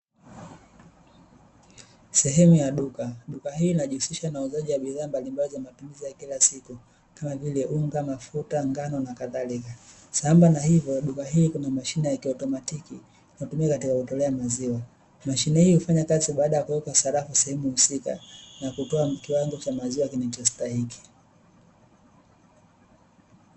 Sehemu ya duka, duka hii inajihusisha na uuzaji wa bidhaa mbalimbali za matumizi ya kila siku kama vile unga, mafuta, ngano na kadhalika, sambamba na hivyo duka hili kuna mashine ya kiautomatiki inatumika katika kutolea maziwa mashine hii hufanya kazi baada ya kuweka sarafu sehemu husika na kutoa kiwango cha maziwa kinachostahili.